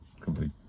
complete